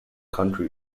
country